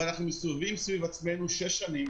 ואנחנו מסתובבים סביב עצמנו שש שנים